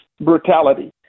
brutality